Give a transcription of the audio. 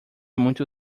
muito